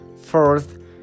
Fourth